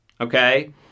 Okay